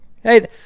Hey